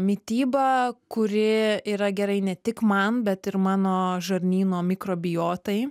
mitybą kuri yra gerai ne tik man bet ir mano žarnyno mikrobiotai